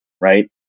right